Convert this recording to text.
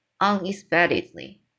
unexpectedly